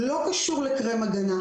לא קשור לקרם הגנה,